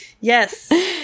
yes